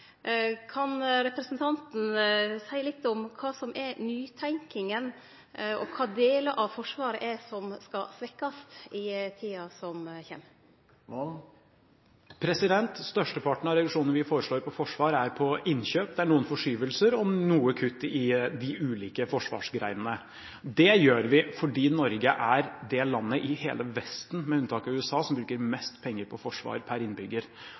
Kan representanten seie litt om kva som er nytenkinga, og kva delar av Forsvaret det er som skal svekkjast i tida som kjem? Størsteparten av reduksjonene vi foreslår på forsvar, er på innkjøp. Det er noen forskyvninger og noen kutt i de ulike forsvarsgrenene. Det gjør vi fordi Norge er det landet i hele Vesten med unntak av USA som bruker mest penger på forsvar per innbygger.